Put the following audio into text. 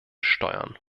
steuern